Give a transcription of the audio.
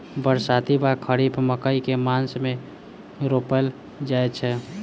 बरसाती वा खरीफ मकई केँ मास मे रोपल जाय छैय?